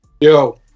Yo